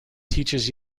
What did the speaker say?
teaches